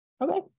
Okay